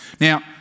Now